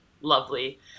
lovely